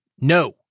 no